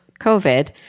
COVID